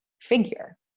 figure